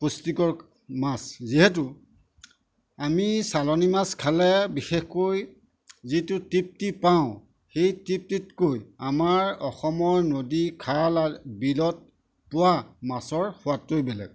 পুষ্টিকৰ মাছ যিহেতু আমি চালানী মাছ খালে বিশেষকৈ যিটো তৃপ্তি পাওঁ সেই তৃপ্তিতকৈ আমাৰ অসমৰ নদী খাল বিলত পোৱা মাছৰ সোৱাদটোৱেই বেলেগ